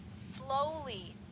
slowly